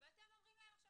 ואתם אומרים להם עכשיו